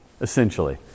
Essentially